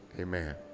amen